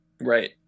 right